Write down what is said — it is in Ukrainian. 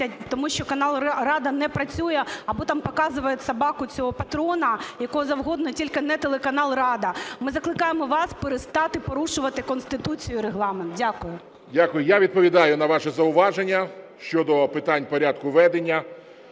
тому що канал Рада не працює або там показують собаку цього Патрона і кого завгодно тільки не телеканал Рада. Ми закликаємо вас перестати порушувати Конституцію і регламент. Дякую. ГОЛОВУЮЧИЙ. Дякую. Я відповідаю на ваше зауваження щодо питань порядку ведення.